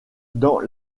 dans